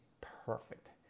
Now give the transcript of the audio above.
perfect